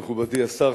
מכובדי השר,